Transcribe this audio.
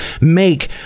make